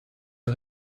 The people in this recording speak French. est